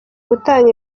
gutanga